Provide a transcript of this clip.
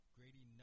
Grady